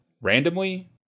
randomly